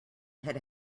had